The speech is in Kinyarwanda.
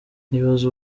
nibaza